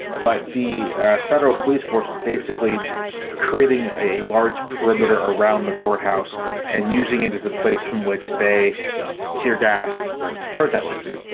but the federal police force is basically creating a large perimeter around the courthouse and using it as a place from which they tear gas protesters.